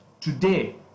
today